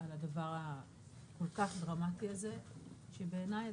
לדבר הכל כך דרמטי הזה שבעיניי,